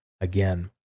again